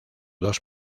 dos